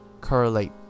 correlate